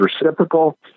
reciprocal